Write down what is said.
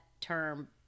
term